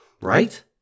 right